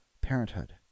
parenthood